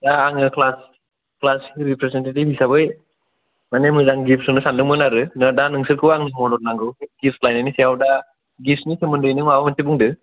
दा आङो class class representative हिसाबै माने मोजां गिफ्ट होनो सानदोंमोन आरो दा सुंसोरखौ आंनो मदत नांगौ गिफ्ट लायनायनि सायाव दा गिस्टनि सोमबोन्दोयै माबा मोनसे बुंदो